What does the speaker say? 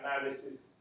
analysis